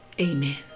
amen